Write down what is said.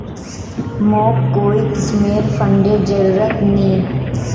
मोक कोई किस्मेर फंडेर जरूरत नी